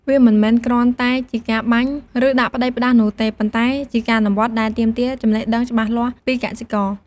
វាមិនមែនគ្រាន់តែជាការបាញ់ ឬដាក់ផ្ដេសផ្ដាសនោះទេ ប៉ុន្តែជាការអនុវត្តដែលទាមទារចំណេះដឹងច្បាស់លាស់ពីកសិករ។